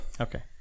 Okay